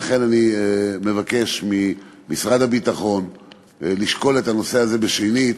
לכן אני מבקש ממשרד הביטחון לשקול את הנושא הזה שנית,